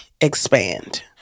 expand